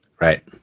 Right